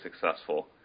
successful